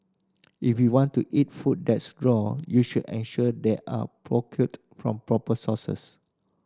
if you want to eat food that's raw you should ensure they are procured from proper sources